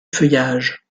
feuillage